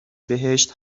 بهشت